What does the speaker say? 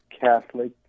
Catholic